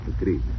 agreed